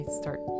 start